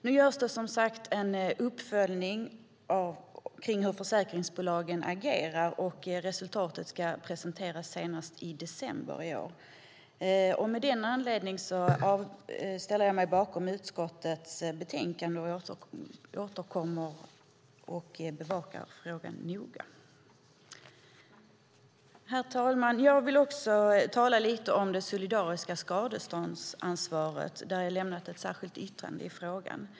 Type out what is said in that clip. Nu görs det som sagt en uppföljning av hur försäkringsbolagen agerar, och resultatet ska presenteras senast i december i år. Av den anledningen ställer jag mig bakom utskottets avslagsyrkande och kommer att bevaka frågan noga. Herr talman! Jag vill också tala lite om det solidariska skadeståndsansvaret, och jag har lämnat ett särskilt yttrande i frågan.